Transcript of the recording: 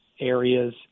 areas